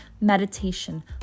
meditation